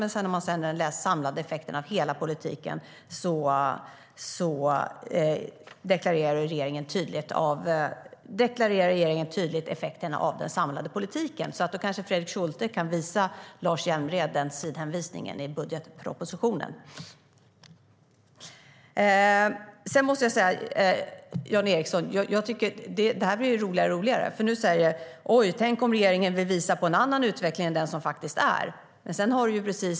Men om man fortsätter att läsa deklarerar regeringen tydligt effekterna av den samlade politiken. Fredrik Schulte kan kanske hänvisa Lars Hjälmered till den sidan i budgetpropositionen. Jan Ericson, det här blir ju roligare och roligare. Han säger: Oj, tänk om regeringen vill visa på en annan utveckling än den som faktiskt sker.